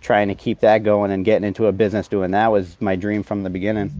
tryin' to keep that goin' and gettin' into a business doin' that was my dream from the beginning.